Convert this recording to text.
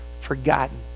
forgotten